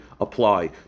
apply